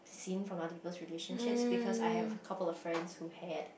seen from other people relationships because I have a couple of friends who had